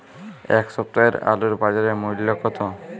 এ সপ্তাহের আলুর বাজার মূল্য কত?